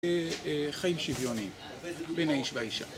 חיים שוויוניים בין איש ואישה